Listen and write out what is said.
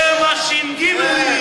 הם הש"ג.